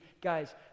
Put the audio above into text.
Guys